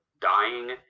dying